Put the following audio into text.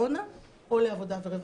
לקורונה או לעבודה ורווחה.